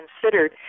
considered